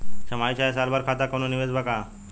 छमाही चाहे साल भर खातिर कौनों निवेश बा का?